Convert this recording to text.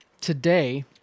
today